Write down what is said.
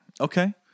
Okay